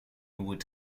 would